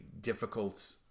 difficult